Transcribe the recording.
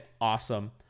awesome